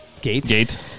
Gate